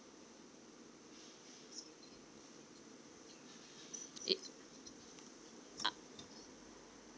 it uh